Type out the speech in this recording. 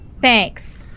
thanks